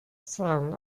son